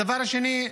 הדבר השני,